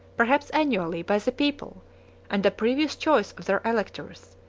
perhaps annually, by the people and a previous choice of their electors,